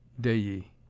dei